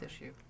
issue